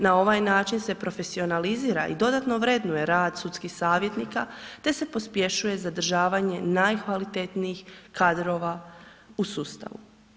Na ovaj način se profesionalizira i dodatno vrednuje rad sudskih savjetnika te se pospješuje zadržavanje najkvalitetnijih kadrova u sustavu.